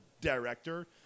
director